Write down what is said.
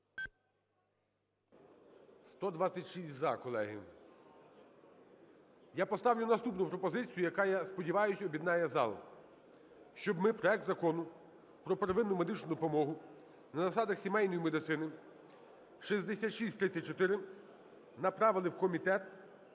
126 - "за", колеги. Я поставлю наступну пропозицію, яка, я сподіваюся, об'єднає зал, щоб ми проект Закону про первинну медичну допомогу на засадах сімейної медицини (6634) направили в комітет